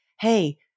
hey